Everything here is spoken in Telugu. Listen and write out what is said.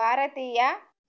భారతీయ